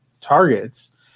targets